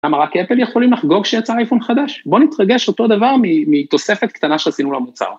למה רק אפל יכולים לחגוג שיצא אייפון חדש? בואו נתרגש אותו דבר מתוספת קטנה שעשינו למוצר.